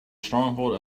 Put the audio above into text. stronghold